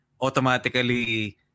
automatically